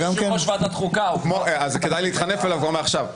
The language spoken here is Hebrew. אז כדאי להתחנף אליו כבר מעכשיו.